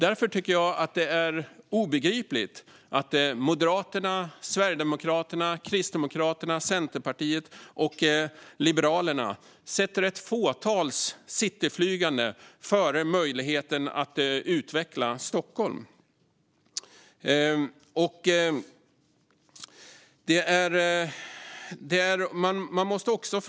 Därför tycker jag att det är obegripligt att Moderaterna, Sverigedemokraterna, Kristdemokraterna, Centerpartiet och Liberalerna sätter ett fåtals cityflygande före möjligheten att utveckla Stockholm.